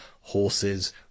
horses